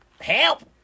Help